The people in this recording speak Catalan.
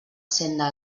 senda